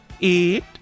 eight